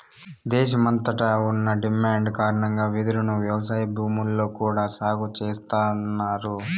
దేశమంతట ఉన్న డిమాండ్ కారణంగా వెదురును వ్యవసాయ భూముల్లో కూడా సాగు చేస్తన్నారు